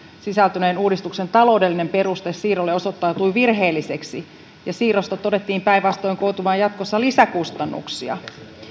sisältyneen uudistuksen taloudellinen peruste siirrolle osoittautui virheelliseksi ja siirrosta todettiin päinvastoin koituvan jatkossa lisäkustannuksia